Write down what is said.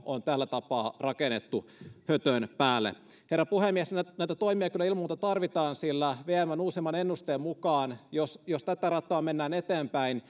on tällä tapaa rakennettu hötön päälle herra puhemies näitä näitä toimia kyllä ilman muuta tarvitaan sillä vmn uusimman ennusteen mukaan jos jos tätä rataa mennään eteenpäin